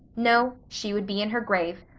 no, she would be in her grave.